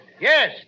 Yes